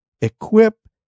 equip